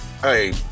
hey